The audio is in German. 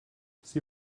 sie